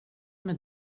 med